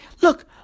look